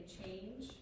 change